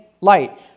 light